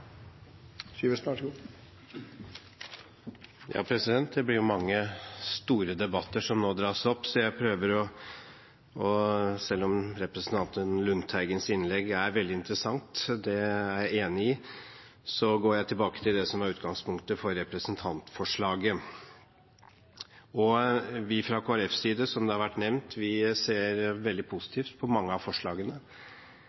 opp, så selv om representanten Lundteigens innlegg er veldig interessant – det er jeg enig i – går jeg tilbake til det som er utgangspunktet for representantforslaget. Vi fra Kristelig Folkepartis side ser, som det har vært nevnt, veldig positivt på mange av forslagene. Vi